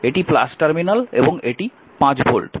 এটি টার্মিনাল এবং এটি 5 ভোল্ট